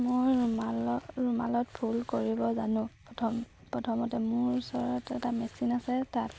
মই ৰুমালত ৰুমালত ফুল কৰিব জানো প্ৰথম প্ৰথমতে মোৰ ওচৰত এটা মেচিন আছে তাত